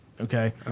okay